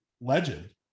legend